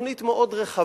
בתוכנית מאוד רחבה